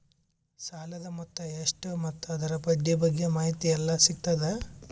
ಸಾಲದ ಮೊತ್ತ ಎಷ್ಟ ಮತ್ತು ಅದರ ಬಡ್ಡಿ ಬಗ್ಗೆ ಮಾಹಿತಿ ಎಲ್ಲ ಸಿಗತದ?